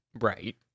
Right